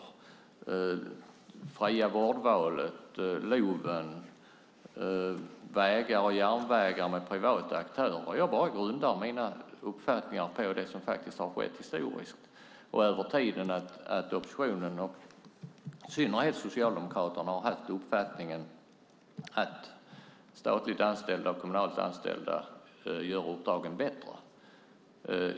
Det har inte heller varit populärt med det fria vårdvalet, LOV, vägar och järnvägar med privata aktörer. Jag grundar bara mina uppfattningar på det som faktiskt har skett historiskt då oppositionen och i synnerhet Socialdemokraterna har haft uppfattningen att statligt anställda och kommunalt anställda utför uppdragen bättre.